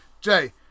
Jay